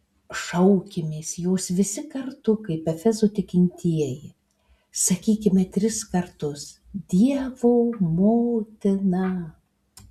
šaukimės jos visi kartu kaip efezo tikintieji sakykime tris kartus dievo motina